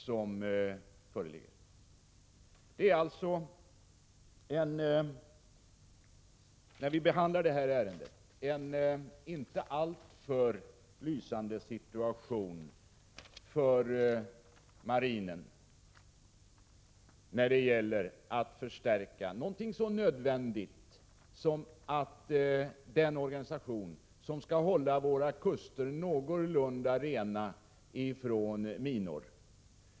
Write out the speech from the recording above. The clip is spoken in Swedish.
Situationen för marinen är inte alltför lysande när det gäller att förstärka något så nödvändigt som organisationen för att hålla våra kuster någorlunda rena från minor.